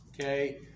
okay